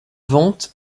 vente